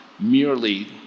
merely